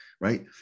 right